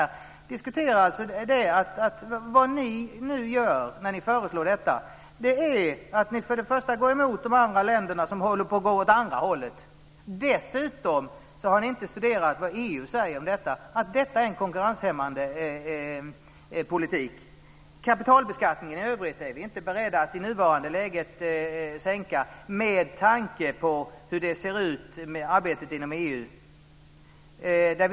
Med ert förslag går ni emot de andra länderna som håller på att gå mot andra hållet. Dessutom har ni inte studerat vad EU säger om detta, nämligen att detta är en konkurrenshämmande politik. Vi är inte beredda att i nuvarande läge sänka kapitalbeskattningen i övrigt med tanke på hur arbetet inom EU ser ut.